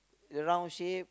the round shape